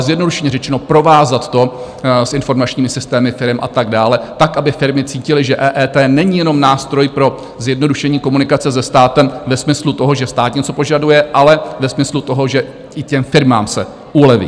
Zjednodušeně řečeno, provázat to s informačními systémy firem a tak dále, tak aby firmy cítily, že EET není jenom nástroj pro zjednodušení komunikace se státem ve smyslu toho, že stát něco požaduje, ale ve smyslu toho, že i těm firmám se uleví.